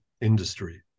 industry